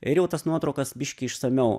ir jau tas nuotraukas biški išsamiau